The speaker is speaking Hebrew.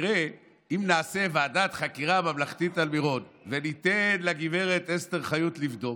אם נעשה ועדת חקירה ממלכתית על מירון וניתן לגב' אסתר חיות לבדוק,